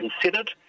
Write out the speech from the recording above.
considered